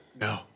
No